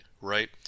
right